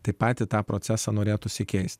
tai patį tą procesą norėtųsi keist